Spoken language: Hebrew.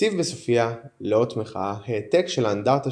הציב בסופיה לאות מחאה העתק של האנדרטה